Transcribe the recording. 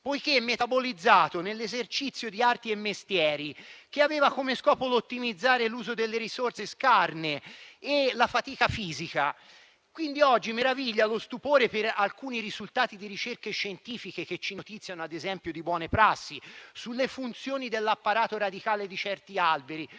poiché metabolizzato nell'esercizio di arti e mestieri, che aveva lo scopo di ottimizzare l'uso delle risorse scarne e la fatica fisica. Oggi pertanto meraviglia lo stupore per alcuni risultati di ricerche scientifiche che ci notiziano di buone prassi sulle funzioni dell'apparato radicale di certi alberi